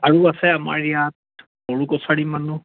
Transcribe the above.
আৰু আছে আমাৰ ইয়াত বড়ো কছাৰী মানুহ